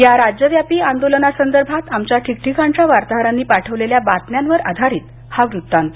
या राज्यव्यापी आंदोलना संदर्भात आमच्या ठिकठिकांच्या वार्ताहरांनी पाठवलेल्या बातम्यांवर आधारित हा वृत्तांत